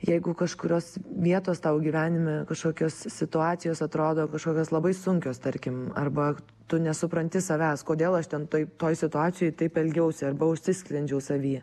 jeigu kažkurios vietos tau gyvenime kažkokios situacijos atrodo kažkokios labai sunkios tarkim arba tu nesupranti savęs kodėl aš ten toj toj situacijoj taip elgiausi arba užsisklendžiau savyje